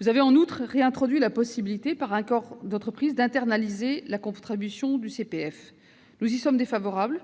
Vous avez en outre réintroduit la possibilité, par accord d'entreprise, d'internaliser la contribution CPF. Nous y sommes défavorables,